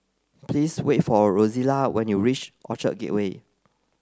please wait for Rozella when you reach Orchard Gateway